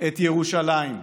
את ירושלים.